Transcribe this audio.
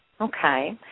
Okay